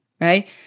right